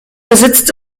besitzt